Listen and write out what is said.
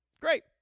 Great